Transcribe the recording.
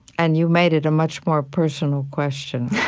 and you made it a much more personal question.